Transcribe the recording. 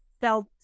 felt